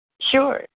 Sure